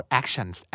actions